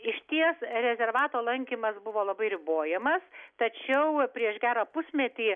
išties rezervato lankymas buvo labai ribojamas tačiau prieš gerą pusmetį